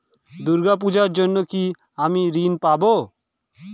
দূর্গা পূজার জন্য কি আমি ঋণ পাবো?